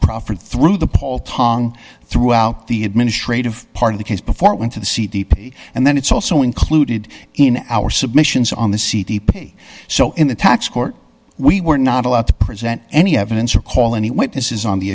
proffered through the paul tongue throughout the administrative part of the case before it went to the c d p and then it's also included in our submissions on the c d p so in the tax court we were not allowed to present any evidence or call any witnesses on the